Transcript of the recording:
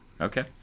okay